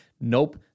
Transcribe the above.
Nope